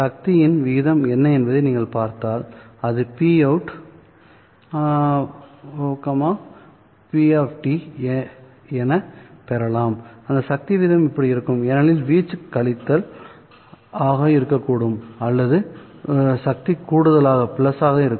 சக்தியின் விகிதம் என்ன என்பதை நீங்கள் பார்த்தால் அது Pout P¿ என பெறலாம்அந்த சக்தி விகிதம் இப்படி இருக்கும் ஏனெனில் வீச்சு கழித்தல் ஆக இருக்கக்கூடும்ஆனால் சக்தி கூடுதலாக இருக்கும்